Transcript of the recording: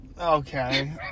Okay